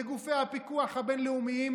לגופי הפיקוח הבין-לאומיים,